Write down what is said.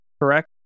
correct